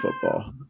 football